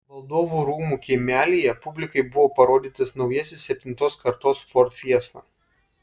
valdovų rūmų kiemelyje publikai buvo parodytas naujasis septintos kartos ford fiesta